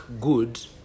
good